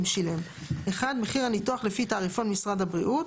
אם שילם: (1) מחיר הניתוח לפי תעריפון משרד הבריאות,